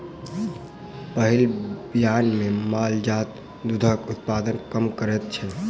पहिल बियान मे माल जाल दूधक उत्पादन कम करैत छै